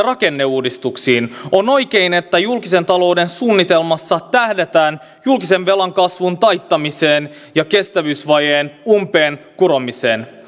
rakenneuudistuksiin on oikein että julkisen talouden suunnitelmassa tähdätään julkisen velan kasvun taittamiseen ja kestävyysvajeen umpeen kuromiseen